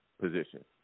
position